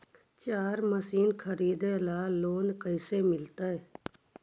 चारा मशिन खरीदे ल लोन कैसे मिलतै?